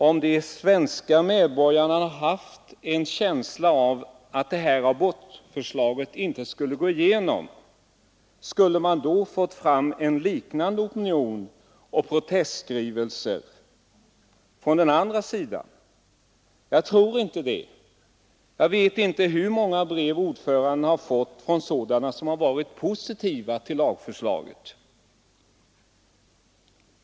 Om de svenska medborgarna hade haft en känsla av att abortlagsförslaget inte skulle gå igenom, skulle det då ha uppstått en liknande opinion med motsvarande antal protestskrivelser? Jag tror inte det. Jag undrar hur många brev utskottsordföranden har fått som varit positiva till lagförslaget.